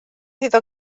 iddo